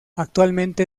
actualmente